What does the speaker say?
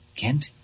Kent